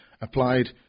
applied